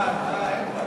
(תיקון, שינוי מספר